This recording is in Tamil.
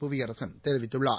புவியரசன் தெரிவித்துள்ளார்